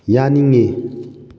ꯌꯥꯅꯤꯡꯏ